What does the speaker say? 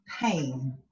pain